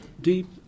deep